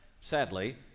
sadly